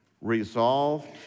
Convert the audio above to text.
resolved